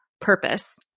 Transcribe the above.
purpose